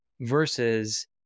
versus